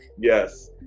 Yes